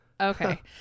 okay